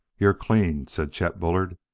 you're cleaned, said chet bullard.